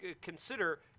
consider